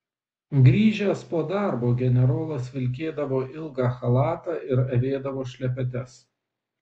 grįžęs po darbo generolas vilkėdavo ilgą chalatą ir avėdavo šlepetes